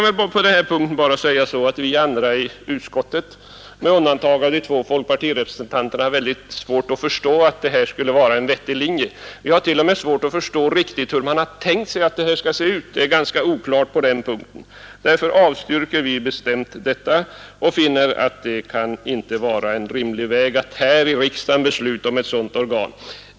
Vi andra i utskottet har med undantag av de två folkpartirepresentanterna svårt att förstå att detta skulle vara en vettig linje. Vi har till och med svårt att förstå hur man har tänkt sig att detta organ skall se ut; det är ganska oklart på den punkten. Därför avstyrker vi bestämt förslaget och finner att det inte kan vara en rimlig väg att här i riksdagen besluta om ett sådant organ.